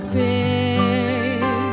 big